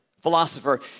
philosopher